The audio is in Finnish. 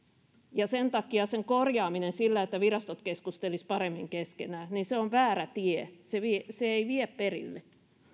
sen takia sen korjaaminen sillä että virastot keskustelisivat paremmin keskenään on väärä tie se ei vie perille